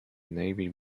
navy